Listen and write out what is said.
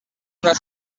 una